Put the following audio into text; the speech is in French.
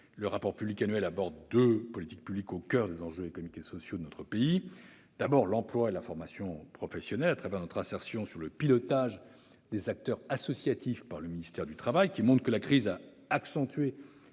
le rapport public annuel aborde deux politiques publiques au coeur des enjeux économiques et sociaux de notre pays. Il s'agit, pour la première, de l'emploi et de la formation professionnelle, au travers de notre insertion sur le pilotage des acteurs associatifs par le ministère du travail. La crise a accentué